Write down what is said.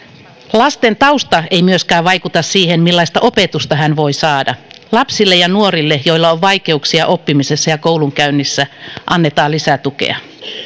lapsen tausta ei myöskään vaikuta siihen millaista opetusta hän voi saada lapsille ja nuorille joilla on vaikeuksia oppimisessa ja koulunkäynnissä annetaan lisätukea